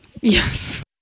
Yes